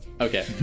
Okay